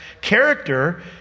character